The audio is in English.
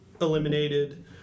eliminated